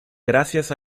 gracias